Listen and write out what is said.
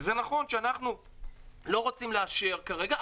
זה נכון שאנחנו לא רוצים לאשר כרגע,